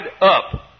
up